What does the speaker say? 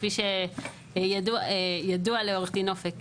כפי שידוע לעורך דין אופק,